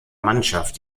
mannschaft